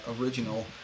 original